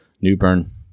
Newburn